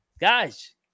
Guys